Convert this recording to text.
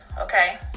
okay